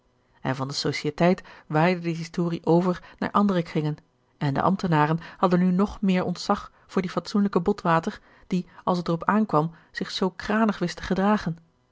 en van de societeit waaide de historie over naar andere kringen en de ambtenaren hadden nu nog meer ontzag voor dien fatsoenlijken botwater die als het er op aankwam zich zoo kranig wist te gedragen